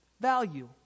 value